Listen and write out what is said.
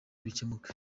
bikemuke